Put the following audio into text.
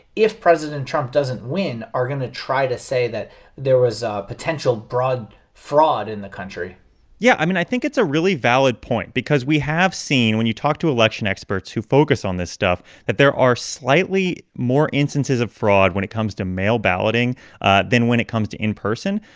if president trump doesn't win, are going to try to say that there was ah potential broad fraud in the country yeah. i mean, i think it's a really valid point because we have seen when you talk to election experts who focus on this stuff that there are slightly more instances of fraud when it comes to mail balloting then when it comes to in person.